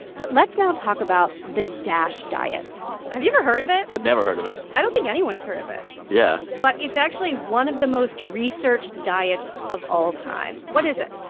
but let's now talk about the dash diet have you ever heard of it? i've never heard of it i don't think anyone's heard of it yeah but it's actually one of the most researched diets of all time what is it?